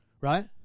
Right